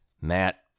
Matt